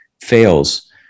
fails